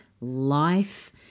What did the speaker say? life